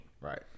right